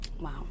Wow